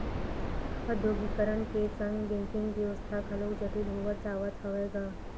औद्योगीकरन के संग बेंकिग बेवस्था घलोक जटिल होवत जावत हवय गा